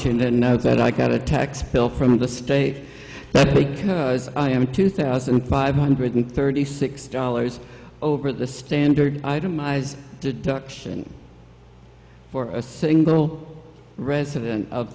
want to know that i got a tax bill from the state but because i am a two thousand five hundred thirty six dollars over the standard itemized deduction for a single resident of